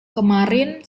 kemarin